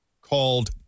called